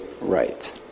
right